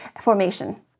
formation